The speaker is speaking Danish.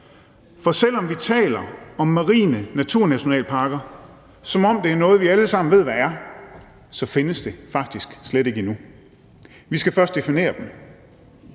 For selv om vi taler om marine naturnationalparker, som om det er noget, vi alle sammen ved hvad er, så findes de faktisk slet ikke endnu; vi skal først definere dem.